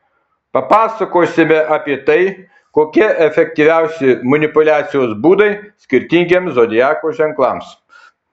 papasakosime apie tai kokie efektyviausi manipuliacijos būdai skirtingiems zodiako ženklams